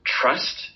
trust